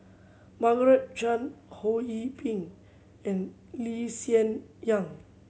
Margaret Chan Ho Yee Ping and Lee Hsien Yang